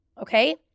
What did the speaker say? Okay